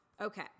Okay